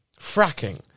Fracking